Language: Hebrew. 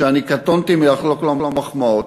שאני קטונתי מלחלוק לו מחמאות,